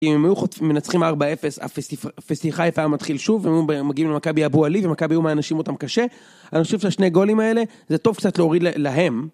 אם הם היו חוטפים...מנצחים 4-0, הפסטיחיפה היה מתחיל שוב ומגיעים למכבי אבו עלי, ומכבי הוא מהענישים אותם קשה. אני חושב שהשני גולים האלה, זה טוב קצת להוריד ל... להם.